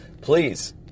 please